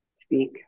speak